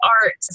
art